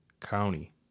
County